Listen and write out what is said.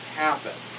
happen